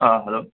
hello